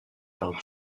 par